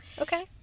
Okay